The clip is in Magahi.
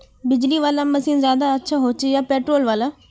बिजली वाला मशीन ज्यादा अच्छा होचे या पेट्रोल वाला?